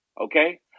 Okay